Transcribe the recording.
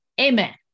Amen